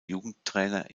jugendtrainer